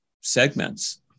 segments